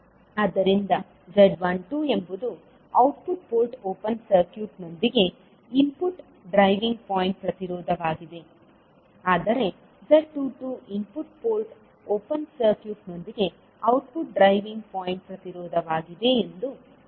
ಆದ್ದರಿಂದ z12 ಎಂಬುದು output port open ಸರ್ಕ್ಯೂಟ್ನೊಂದಿಗೆ ಇನ್ಪುಟ್ ಡ್ರೈವಿಂಗ್ ಪಾಯಿಂಟ್ ಪ್ರತಿರೋಧವಾಗಿದೆ ಆದರೆ z22 ಇನ್ಪುಟ್ ಪೋರ್ಟ್ ಓಪನ್ ಸರ್ಕ್ಯೂಟ್ನೊಂದಿಗೆ ಔಟ್ಪುಟ್ ಡ್ರೈವಿಂಗ್ ಪಾಯಿಂಟ್ ಪ್ರತಿರೋಧವಾಗಿದೆ ಎಂದು ನೀವು ಹೇಳಬಹುದು